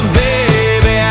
baby